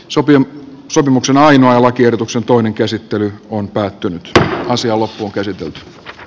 sopijan sopimuksen ainoa lakiehdotuksen toinen käsittely on äänestänyt